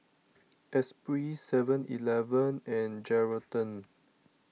Espirit Seven Eleven and Geraldton